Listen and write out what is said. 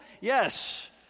Yes